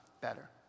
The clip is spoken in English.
better